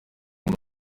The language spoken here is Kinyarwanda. muri